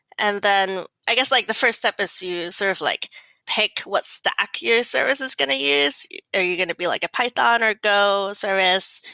and then i guess like the fi rst step is you sort of like pick what stack your service is going to use. are you going to be like a python or go service?